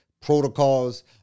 protocols